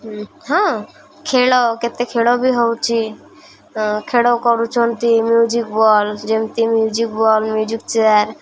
ହଁ ଖେଳ କେତେ ଖେଳ ବି ହେଉଛି ଖେଳ କରୁଛନ୍ତି ମ୍ୟୁଜିକ୍ ବଲ୍ ଯେମିତି ମ୍ୟୁଜିକ୍ ବଲ୍ ମ୍ୟୁଜିକ୍ ଚେୟାର